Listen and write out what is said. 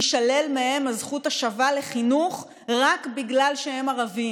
תישלל מהם הזכות השווה לחינוך רק בגלל שהם ערבים.